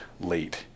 late